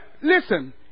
Listen